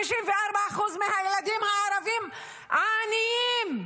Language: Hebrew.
54% מהילדים הערבים עניים,